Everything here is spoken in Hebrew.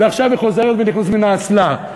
ועכשיו היא חוזרת ונכנסת מן האסלה,